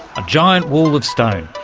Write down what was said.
a giant wall of stone,